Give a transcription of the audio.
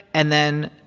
and then,